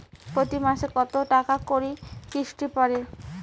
প্রতি মাসে কতো টাকা করি কিস্তি পরে?